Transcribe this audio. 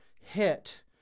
hit